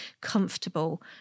comfortable